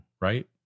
right